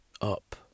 Up